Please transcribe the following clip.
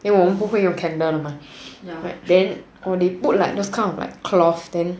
then 我们不会用 candle 得嘛 oh then they put those kind like clothes then